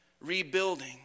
rebuilding